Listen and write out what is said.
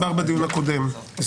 זה הוסבר בדיון הקודם.